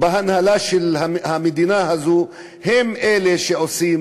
בהנהלה של המדינה הזאת הם אלה שעושים